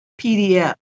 PDF